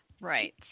Right